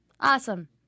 Awesome